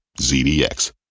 ZDX